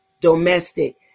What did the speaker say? domestic